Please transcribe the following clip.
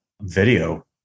video